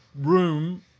room